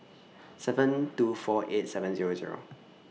seven two four eight seven Zero Zero